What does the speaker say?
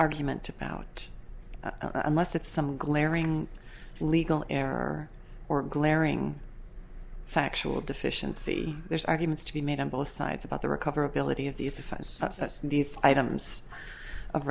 argument about unless it's some glaring legal error or glaring factual deficiency there's arguments to be made on both sides about the recoverability of these offenses but these items of